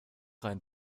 rein